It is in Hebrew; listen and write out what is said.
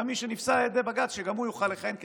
גם מי שנפסל על ידי בג"ץ, גם הוא יוכל לכהן כשר.